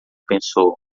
pensou